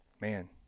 Man